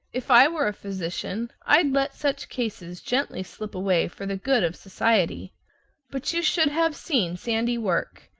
if i were a physician, i'd let such cases gently slip away for the good of society but you should have seen sandy work!